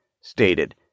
stated